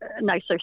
nicer